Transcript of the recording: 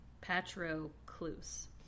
Patroclus